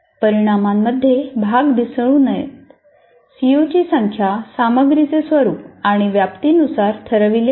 परिणामांमध्ये भाग मिसळू नयेत सीओची संख्या सामग्रीचे स्वरूप आणि व्याप्तीनुसार ठरविली पाहिजे